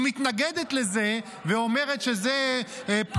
היא מתנגדת לזה ואומרת שזה -- לא חוקתי.